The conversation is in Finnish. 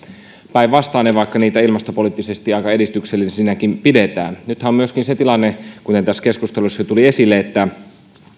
päinvastainen vaikka niitä ilmastopoliittisesti aika edistyksellisinäkin pidetään nythän on myöskin se tilanne kuten tässä keskustelussa jo tuli esille että